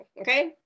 Okay